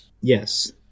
Yes